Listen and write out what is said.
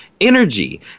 energy